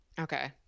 okay